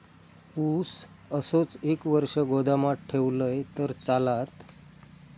ऊस असोच एक वर्ष गोदामात ठेवलंय तर चालात?